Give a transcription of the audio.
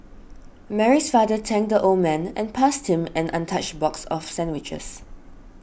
Mary's father thanked the old man and passed him an untouched box of sandwiches